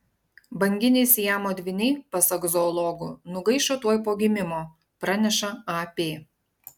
banginiai siamo dvyniai pasak zoologų nugaišo tuoj po gimimo praneša ap